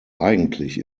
eigentlich